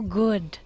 good